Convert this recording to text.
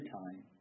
time